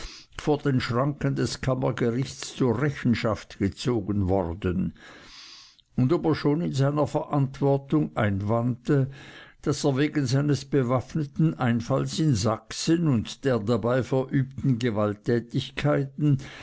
vor den schranken des kammergerichts zur rechenschaft gezogen worden und ob er schon in seiner verantwortung einwandte daß er wegen seines bewaffneten einfalls in sachsen und der dabei verübten gewalttätigkeiten